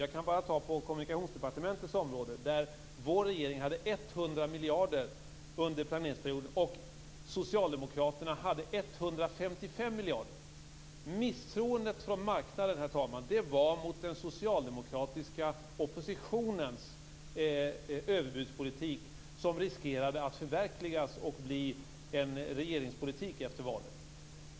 Jag kan bara som exempel ta Kommunikationsdepartementets område, där vår regeringen föreslog 100 miljarder under planeringsperioden och Misstroendet från marknaden, herr talman, var mot den socialdemokratiska oppositionens överbudspolitik, som riskerade att förverkligas och bli en regeringspolitik efter valet.